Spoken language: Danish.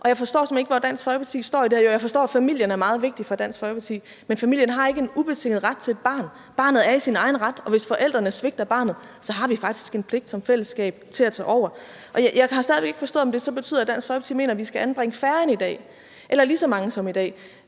Jeg forstår, at familien er meget vigtig for Dansk Folkeparti, men familien har ikke en ubetinget ret til et barn, for barnet er i sin egen ret, og hvis forældrene svigter barnet, har vi faktisk en pligt som fællesskab til at tage over. Jeg har stadig væk ikke forstået, om det så betyder, at Dansk Folkeparti mener, at vi skal anbringe færre eller lige så mange som i dag.